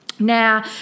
Now